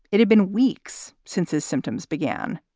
it had been weeks since his symptoms began.